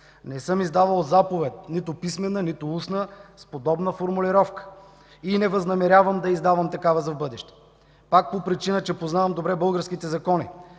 Не съм издавал заповед – нито писмена, нито устна, с подобна формулировка. И не възнамерявам да издавам такава за в бъдеще, пак по причина, че познавам добре българските закони.